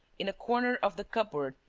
in a corner of the cupboard,